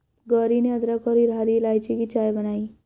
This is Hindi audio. गौरी ने अदरक और हरी इलायची की चाय बनाई